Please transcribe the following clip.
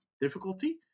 difficulty